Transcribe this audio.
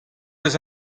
eus